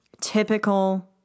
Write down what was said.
typical